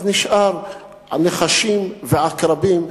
נשאר נחשים ועקרבים.